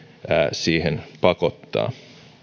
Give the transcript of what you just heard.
siihen pakottaa